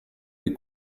des